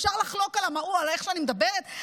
אפשר לחלוק על איך שאני מדברת,